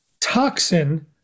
toxin